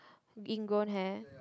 in grown hair